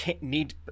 need